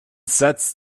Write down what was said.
sets